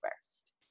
first